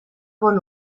bon